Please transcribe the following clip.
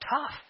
tough